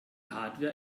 hardware